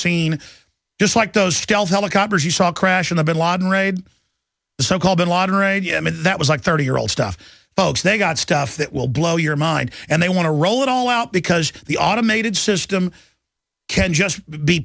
seen just like those stealth helicopters you saw crash in the bin laden raid the so called bin laden raid that was like thirty year old stuff folks they got stuff that will blow your mind and they want to roll it all out because the automated system can just be